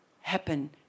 happen